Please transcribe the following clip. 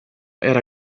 era